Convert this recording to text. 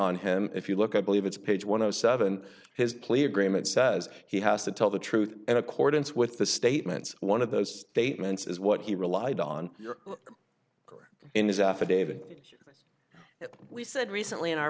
on him if you look at believe it's page one of seven his plea agreement says he has to tell the truth in accordance with the statements one of those statements is what he relied on your career in his affidavit he we said recently